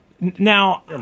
Now